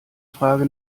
frage